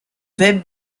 web